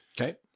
Okay